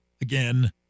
again